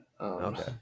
Okay